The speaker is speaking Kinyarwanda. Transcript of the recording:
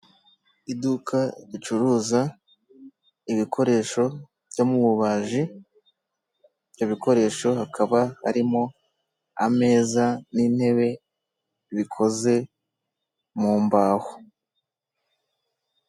Iduka ricuruza ibikoresho byo mu bubaji, ibyo bikoresho hakaba harimo ameza, n'intebe bikoze mu mbaho.